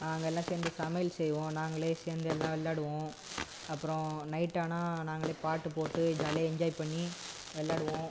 நாங்கெல்லாம் சேர்ந்து சமையல் செய்வோம் நாங்கள் சேர்ந்து எல்லாம் விளாடுவோம் அப்புறம் நைட் ஆனால் நாங்கள் பாட்டு போட்டு ஜாலியாக என்ஜாய் பண்ணி விளாடுவோம்